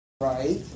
Right